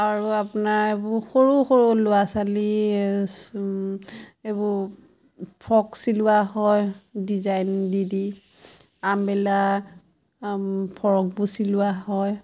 আৰু আপোনাৰ এইবোৰ সৰু সৰু ল'ৰা ছোৱালী এইবোৰ ফ্ৰক চিলোৱা হয় ডিজাইন দি দি আমবেলা ফৰকবোৰ চিলোৱা হয়